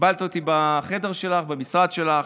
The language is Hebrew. קיבלת אותי בחדר שלך, במשרד שלך.